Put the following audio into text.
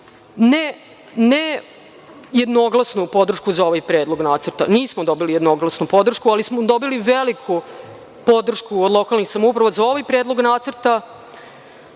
ne jednoglasnu podršku za ovaj Predlog nacrta, nismo dobili jednoglasnu podršku, ali smo dobili veliku podršku od lokalnih samouprava za ovaj Predlog nacrta,